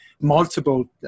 Multiple